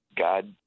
God